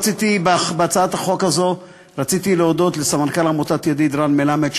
רציתי להודות על הצעת החוק הזאת לסמנכ"ל עמותת "ידיד" רן מלמד,